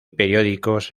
periódicos